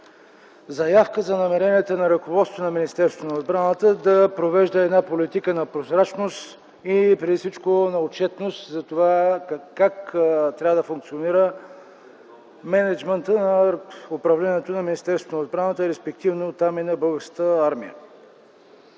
заявка за намерението на ръководството на Министерството на отбраната да провежда една политика на прозрачност и преди всичко на отчетност за това как трябва да функционира мениджмънта на управлението на Министерството на отбраната, респективно оттам и на Българската армия.